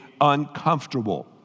uncomfortable